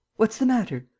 what's the matter?